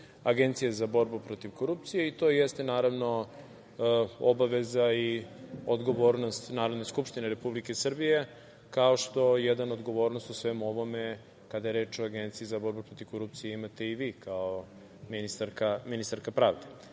Agencije za borbu protiv korupcije i to jeste naravno i obaveza i odgovornost Narodne skupštine Republike Srbije, kao što jednu odgovornost o svemu ovome kada je reč o Agenciji za borbu protiv korupcije imate i vi kao ministarka pravde. Ja